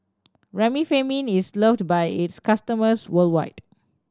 Remifemin is loved by its customers worldwide